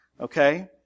Okay